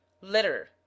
Litter